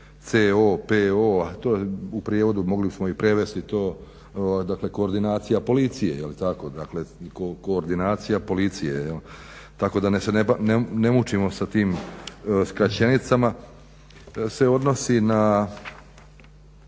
COPO. To u prijevodu mogli smo i prevesti to dakle koordinacija policije, je li tako? Koordinacija policije tako da se ne mučimo sa tim skraćenicama se odnosi na